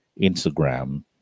Instagram